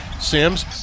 Sims